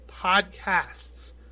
podcasts